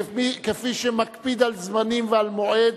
כמי שמקפיד על זמנים ועל מועד,